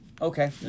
Okay